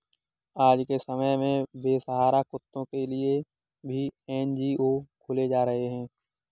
आज के समय में बेसहारा कुत्तों के लिए भी एन.जी.ओ खोले जा रहे हैं